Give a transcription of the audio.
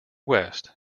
west